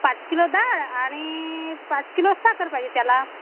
पाच किलो डाळ आणि पाच किलो साखर पाहिजे त्याला